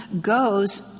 goes